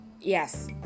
Yes